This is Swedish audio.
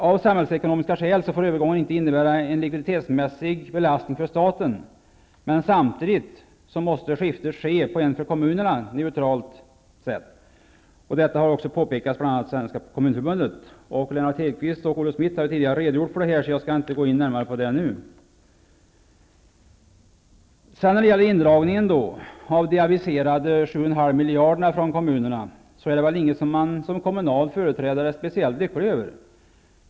Av samhällsekonomiska skäl får övergången inte innebära en likviditetsmässig belastning för staten. Samtidigt måste skiftet ske på ett för kommunerna neutralt sätt. Detta har påpekats bl.a. av Hedquist och Olle Schmidt tidigare har redogjort för detta, skall jag nu inte gå in närmare på den saken. Indragningen av de aviserade 7,5 miljarderna från kommunerna är väl ingenting som man som kommunal företrädare är särskilt lycklig över.